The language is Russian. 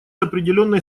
определённой